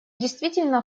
действительно